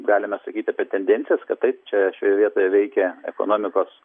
galime sakyti apie tendencijas kad taip čia šioje vietoje veikia ekonomikos